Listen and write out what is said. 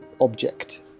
object